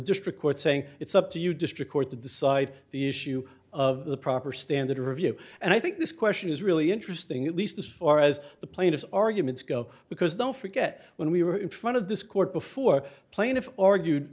district court saying it's up to you district court to decide the issue of the proper standard of review and i think this question is really interesting at least as far as the plaintiff's arguments go because don't forget when we were in front of this court before plaintiff argued